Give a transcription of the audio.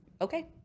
okay